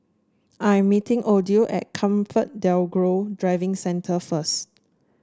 I am meeting Odile at ComfortDelGro Driving Centre first